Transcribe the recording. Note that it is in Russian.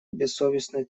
бессовестной